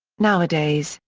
nowadays,